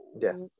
Yes